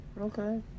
Okay